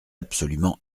absolument